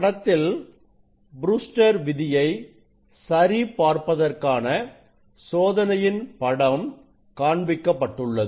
படத்தில் ப்ரூஸ்டர் விதியைBrewster's law சரி பார்ப்பதற்கான சோதனையின் படம் காண்பிக்கப்பட்டுள்ளது